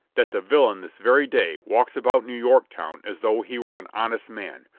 that the villain this very day walks about new york town as though he were an honest man,